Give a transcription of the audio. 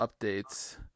updates